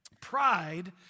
Pride